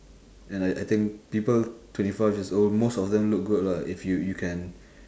and I I think people twenty five years old most of them look good lah if you you can